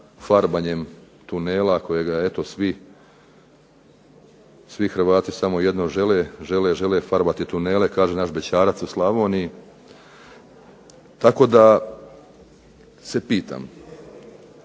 farbanjem tunela, kojega svi Hrvati samo jedno žele, žele farbati tunele, kaže naš bećarac u Slavoniji. Tako da se pitam,